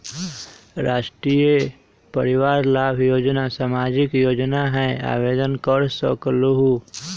राष्ट्रीय परिवार लाभ योजना सामाजिक योजना है आवेदन कर सकलहु?